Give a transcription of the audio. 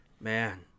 Man